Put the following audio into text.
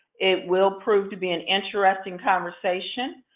it will prove to be an interesting conversation.